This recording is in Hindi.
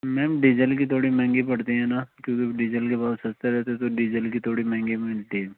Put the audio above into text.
मैम डीजल की थोड़ी महंगी पड़ती है ना क्योंकि डीजल के भाव सस्ते रहते हैं तो डीजल की थोड़ी महंगी भी मिलती है